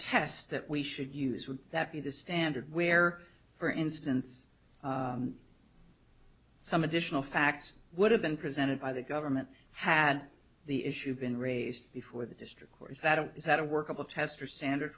test that we should use would that be the standard where for instance some additional facts would have been presented by the government had the issue been raised before the district court is that a is that a workable test or standard